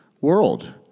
world